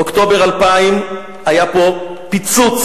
באוקטובר 2000 היה פה פיצוץ,